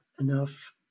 enough